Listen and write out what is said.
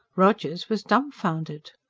rogers was dumbfounded.